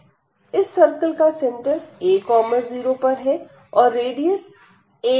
इस सर्किल का centre a 0 पर है और रेडियस a है